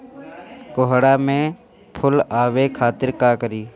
कोहड़ा में फुल आवे खातिर का करी?